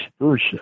versa